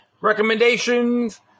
recommendations